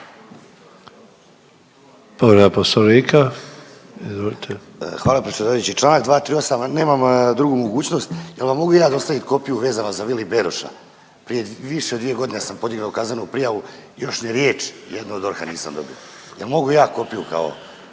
Daniel (DP)** Hvala predsjedavajući, čl. 238, nemam drugu mogućnost. Je li vam mogu ja dostaviti kopiju vezano za Vili Beroša prije više od 2 godine sam podignuo kaznenu prijavu, još ni riječi jednu od DORH-a nisam dobio. Je li mogu ja kopiju kao g.